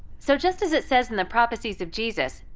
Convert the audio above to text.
so just as it says in the prophecies of jesus,